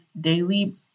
daily